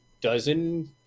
dozen